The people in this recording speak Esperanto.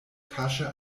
kaŝe